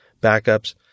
backups